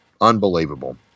unbelievable